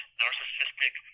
narcissistic